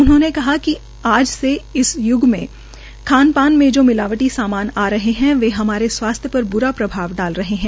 उन्होंने कहा कि आज के इस यूग में खान पान में जो मिलावटी सामान आ रहे है वे हमारे स्वास्थ्य पर ब्रा प्रभाव डाल रहे है